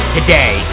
Today